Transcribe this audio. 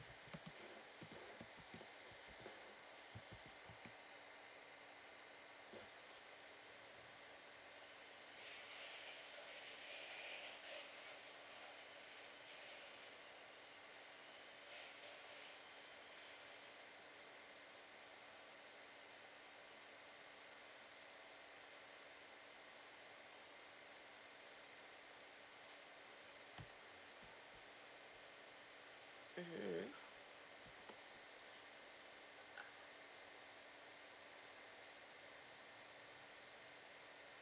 mmhmm